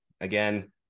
again